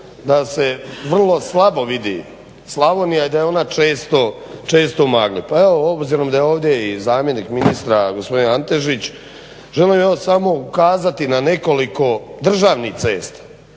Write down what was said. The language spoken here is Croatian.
da se vrlo slabo vidi Slavonija i da je ona često u magli. Pa evo obzirom da je ovdje i zamjenik ministra gospodin Antešić želim evo samo ukazati na nekoliko državnih cesta,